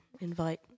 invite